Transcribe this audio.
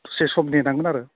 दसे सम नेनांगोन आरो